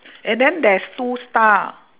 and then there's two star